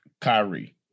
Kyrie